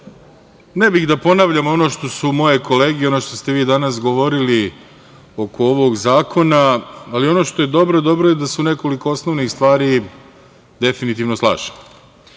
ne bih da ponavljam ono što su moje kolege i ono što ste vi danas govorili oko ovog zakona, ali ono što je dobro, dobro je da se u nekoliko osnovnih stvari definitivno slažem,